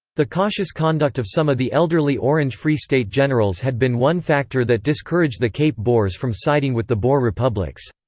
the cautious conduct of some of the elderly orange free state generals had been one factor that discouraged the cape boers from siding with the boer republics.